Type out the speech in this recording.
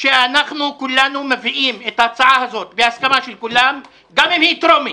שאנחנו כולנו מביאים את ההצעה הזאת בהסכמה של כולם גם אם היא טרומית,